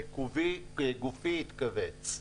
וגופי התכווץ.